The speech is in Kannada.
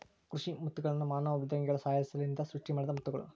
ಕೃಷಿ ಮುತ್ತುಗಳ್ನ ಮಾನವ ಮೃದ್ವಂಗಿಗಳ ಸಹಾಯಲಿಸಿಂದ ಸೃಷ್ಟಿಮಾಡಿದ ಮುತ್ತುಗುಳು